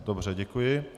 Dobře, děkuji.